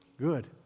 Good